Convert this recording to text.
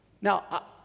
Now